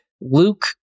Luke